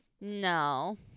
no